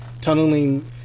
tunneling